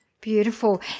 Beautiful